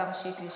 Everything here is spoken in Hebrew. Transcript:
השר שיקלי,